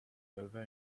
over